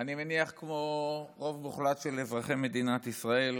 אני מניח שכמו רוב מוחלט של אזרחי מדינת ישראל,